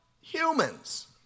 humans